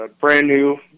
brand-new